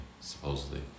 supposedly